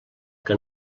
que